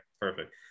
Perfect